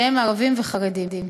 שהן ערבים וחרדים.